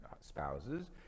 spouses